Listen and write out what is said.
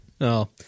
No